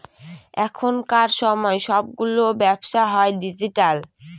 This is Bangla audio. এখনকার সময় সবগুলো ব্যবসা হয় ডিজিটাল